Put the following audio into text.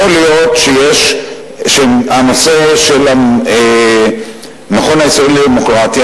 אני יודע שיש על מכון הישראלי לדמוקרטיה